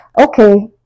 Okay